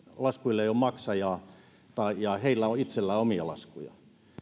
laskuille ei ole maksajaa ja heillä on itsellään omia laskuja